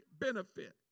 benefit